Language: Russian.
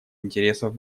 интересов